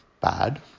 bad